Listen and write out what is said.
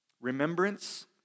remembrance